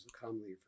commonly